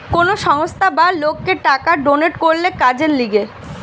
কোন সংস্থা বা লোককে টাকা ডোনেট করলে কাজের লিগে